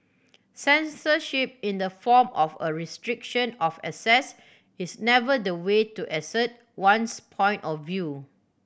censorship in the form of a restriction of access is never the way to assert one's point of view